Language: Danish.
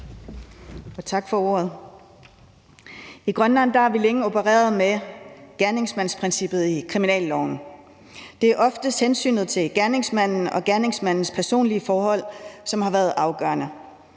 I Grønland har vi længe opereret med gerningsmandsprincippet i kriminalloven. Det er oftest hensynet til gerningsmanden og gerningsmandens personlige forhold, som har været afgørende.